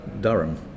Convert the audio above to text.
Durham